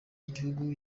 y’igihugu